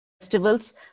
festivals